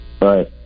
Right